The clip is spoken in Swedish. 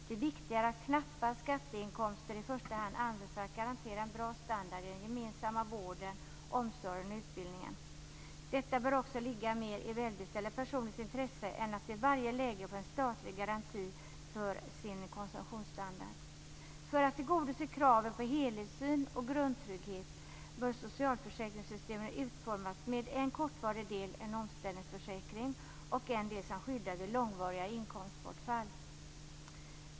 Det är viktigare att knappa skatteinkomster i första hand används för att garantera en bra standard i den gemensamma vården, omsorgen och utbildningen. Detta bör också ligga mer i välbeställda personers intresse än att de i varje läge skall få en statlig garanti för sin konsumtionsstandard. För att tillgodose kraven på helhetssyn och grundtrygghet bör socialförsäkringssystemen utformas med en kortvarig del, en omställningsförsäkring, och en del som skyddar vid långvariga inkomstbortfall.